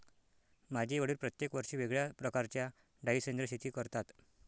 माझे वडील प्रत्येक वर्षी वेगळ्या प्रकारच्या डाळी सेंद्रिय शेती करतात